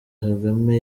kagame